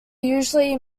usually